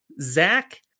Zach